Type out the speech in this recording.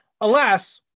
alas